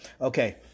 Okay